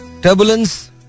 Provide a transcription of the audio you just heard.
turbulence